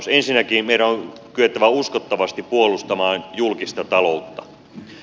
ensinnäkin meidän on kyettävä uskottavasti puolustamaan julkista taloutta